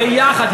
ביחד.